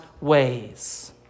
ways